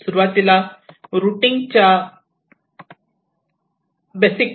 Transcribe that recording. सुरवातीला रुटींग चा basic problem काय आहे ते पाहूया